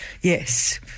Yes